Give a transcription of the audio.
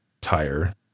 tire